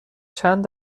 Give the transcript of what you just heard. چند